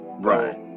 Right